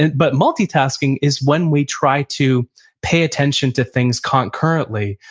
and but multitasking is when we try to pay attention to things concurrently,